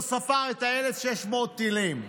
לא ספר את 1,600 הטילים,